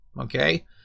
okay